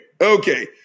okay